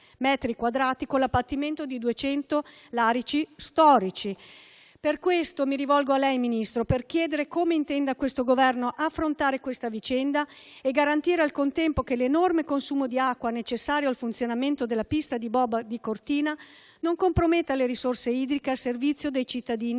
metri quadrati, con l'abbattimento di 200 larici storici. Per questo mi rivolgo a lei, signor Ministro, per chiedere come intenda il Governo affrontare la vicenda e garantire al contempo che l'enorme consumo di acqua, necessario al funzionamento della pista da bob di Cortina, non comprometta le risorse idriche al servizio dei cittadini